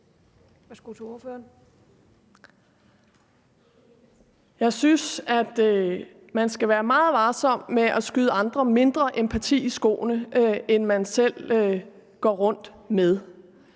Jeg synes, at man skal være meget varsom med at skyde andre noget i skoene, f.eks. at de har mindre